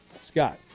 Scott